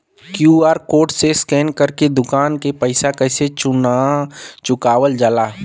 QR code से scan कर के दुकान के पैसा कैसे चुकावल जाला?